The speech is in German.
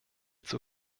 zur